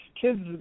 kids